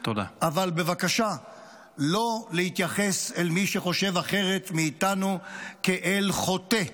אבל בבקשה לא להתייחס אל מי שחושב אחרת מאיתנו כאל חוטא.